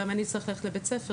למה אני צריך ללכת לבית ספר?